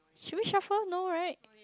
should we shuffle no right